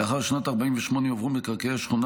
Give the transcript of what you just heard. לאחר שנת 1948 עברו מקרקעי השכונה